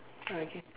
okay